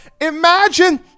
Imagine